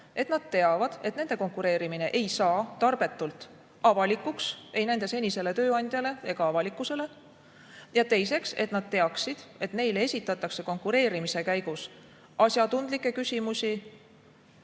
kui teavad, et nende konkureerimine ei saa tarbetult avalikuks ei nende senisele tööandjale ega avalikkusele, ja kui nad teavad, et neile esitatakse konkureerimise käigus asjatundlikke küsimusi